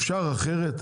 אפשר אחרת?